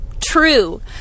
true